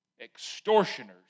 extortioners